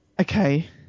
Okay